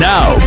Now